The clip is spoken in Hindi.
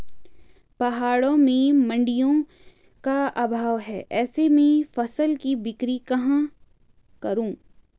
पहाड़ों में मडिंयों का अभाव है ऐसे में फसल की बिक्री कहाँ करूँ?